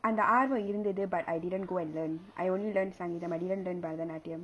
அந்த ஆர்வம் இருந்தது:antha aarvam irunthathu but I didn't go and learn I only learn sangeetha பரதநாட்டியம்:bharathanaatiyam